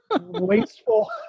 wasteful